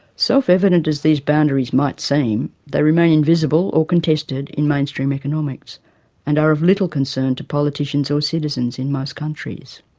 self-evident as these boundaries might seem, they remain invisible or contested in mainstream economics and are of little concern to politicians or citizens in most countries.